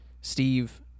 Steve